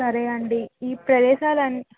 సరే అండి ఈ ప్రదేశాలు అం